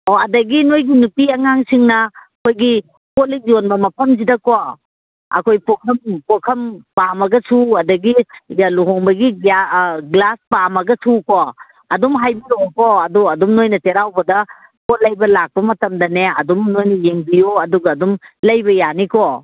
ꯑꯣ ꯑꯗꯒꯤ ꯅꯣꯏ ꯅꯨꯄꯤ ꯑꯉꯥꯡꯁꯤꯡꯅ ꯑꯩꯈꯣꯏꯒꯤ ꯀꯣꯜꯂꯤꯛ ꯌꯣꯟꯕ ꯃꯐꯝꯁꯤꯗꯀꯣ ꯑꯩꯈꯣꯏ ꯄꯨꯈꯝ ꯄꯥꯝꯃꯒꯁꯨ ꯑꯗꯒꯤ ꯂꯨꯍꯣꯡꯕꯒꯤ ꯒ꯭ꯂꯥꯁ ꯄꯥꯝꯃꯒꯁꯨꯀꯣ ꯑꯗꯨꯝ ꯍꯥꯏꯕꯤꯔꯛꯑꯣꯀꯣ ꯑꯗꯣ ꯑꯗꯨꯝ ꯅꯣꯏꯅ ꯆꯩꯔꯥꯎꯕꯗ ꯄꯣꯠ ꯂꯩꯕ ꯂꯥꯛꯄ ꯃꯇꯝꯗꯅꯦ ꯑꯗꯨꯝ ꯅꯣꯏꯅ ꯌꯦꯡꯕꯤꯌꯨ ꯑꯗꯨꯒ ꯑꯗꯨꯝ ꯂꯩꯕ ꯌꯥꯅꯤꯀꯣ